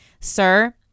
Sir